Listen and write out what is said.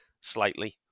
Slightly